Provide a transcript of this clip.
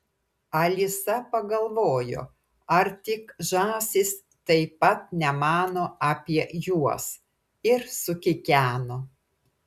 alisa pagalvojo ar tik žąsys taip pat nemano apie juos ir sukikeno